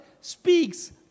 speaks